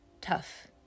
tough